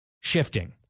shifting